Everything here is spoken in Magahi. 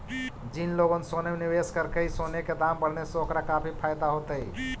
जिन लोगों ने सोने में निवेश करकई, सोने के दाम बढ़ने से ओकरा काफी फायदा होतई